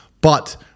But-